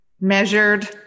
Measured